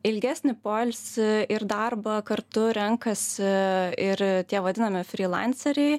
ilgesnį poilsį ir darbą kartu renkasi ir tie vadinami frylanceriai